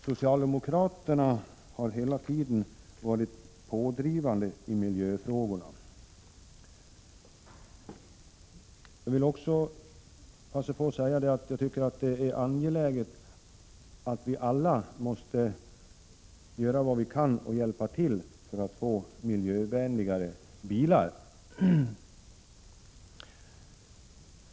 Socialdemokraterna har hela tiden varit pådrivande i miljöfrågorna. Jag vill även passa på att säga att jag tycker att det är angeläget att vi alla gör vad vi kan när det gäller att få miljövänligare bilar.